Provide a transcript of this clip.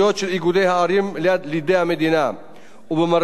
ובמרבית הסוגיות ההסדר בהצעת החוק הוא פרי